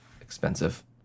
expensive